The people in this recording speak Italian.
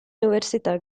università